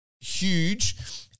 huge